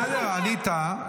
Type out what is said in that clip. בסדר, ענית.